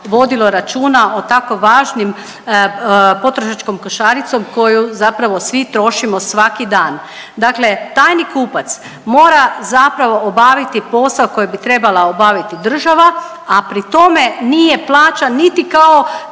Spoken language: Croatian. vodilo računa o tako važnim potrošačkom košaricom koju zapravo svi trošimo svaki dan. Dakle, tajni kupac mora zapravo obaviti posao koji bi trebala obaviti država, a pri tome nije plaća niti kao